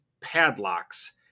padlocks